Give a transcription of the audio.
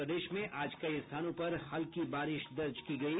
और प्रदेश में आज कई स्थानों पर हल्की बारिश दर्ज की गयी